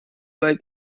weit